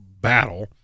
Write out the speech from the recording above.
battle